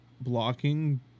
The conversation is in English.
blocking